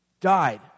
Died